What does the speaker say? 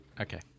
Okay